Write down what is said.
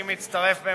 אני מצטרף,